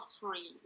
free